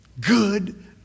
good